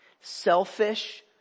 Selfish